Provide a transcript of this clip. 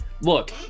Look